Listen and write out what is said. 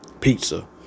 pizza